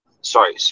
Sorry